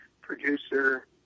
producer